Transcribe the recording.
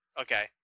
Okay